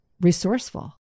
resourceful